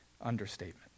understatement